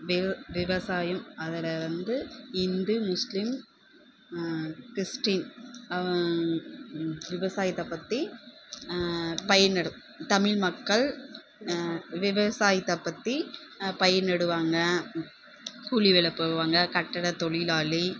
விவ விவசாயம் அதில் வந்து இந்து முஸ்லீம் கிறிஸ்டின் அவன் ம் விவசாயத்தை பற்றி பயிர் நடு தமிழ் மக்கள் விவசாயத்தை பற்றி பயிர் நடுவாங்க கூலி வேலை போவாங்க கட்டிட தொழிலாளி